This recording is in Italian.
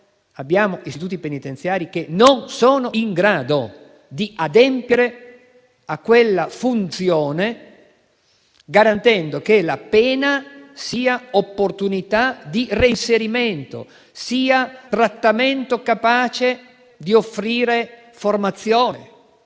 abbiamo istituti penitenziari che non sono in grado di adempiere a quella funzione garantendo che la pena sia opportunità di reinserimento e trattamento capace di offrire formazione,